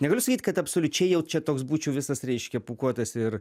negaliu sakyt kad absoliučiai jau čia toks būčiau visas reiškia pūkuotas ir